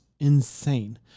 insane